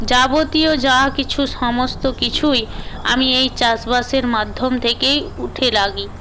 যাবতীয় যা কিছু সমস্ত কিছুই আমি এই চাষবাসের মাধ্যম থেকেই উঠে লাগি